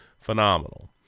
phenomenal